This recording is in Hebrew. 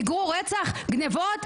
מיגרו רצח, גניבות?